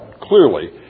clearly